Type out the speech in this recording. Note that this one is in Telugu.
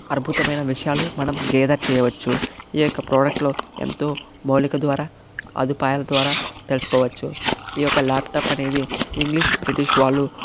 అద్భుతమైన విషయాలు మనం గాదర్ చేయవచ్చు ఈ యొక్క ప్రాడక్ట్ లో ఎంతో మౌలిక ద్వారా సదుపాయాల ద్వారా తెలుసుకోవచ్చు ఈ యొక్క ల్యాప్టాప్ అనేది ఇంగ్లీష్ బ్రిటిష్ వాళ్ళు